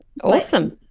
Awesome